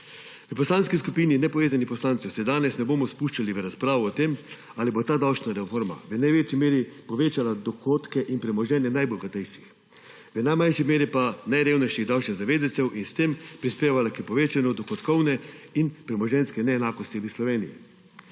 V Poslanski skupini nepovezanih poslancev se danes ne bomo spuščali v razpravo o tem, ali bo ta davčna reforma v največji meri povečala dohodke in premoženje najbogatejših, v najmanjši meri pa najrevnejših davčnih zavezancev in s tem prispevala k povečanju dohodkovne in premoženjske neenakosti v Sloveniji.